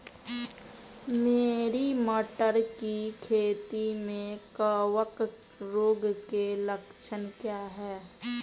मेरी मटर की खेती में कवक रोग के लक्षण क्या हैं?